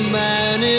man